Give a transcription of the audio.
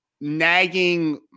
nagging